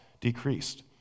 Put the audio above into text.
decreased